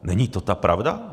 Není to ta pravda?